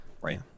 Right